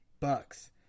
Bucks